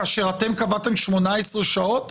כאשר אתם קבעתם 18 שעות?